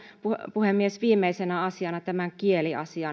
puhemies viimeisenä asiana tämä kieliasia